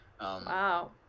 wow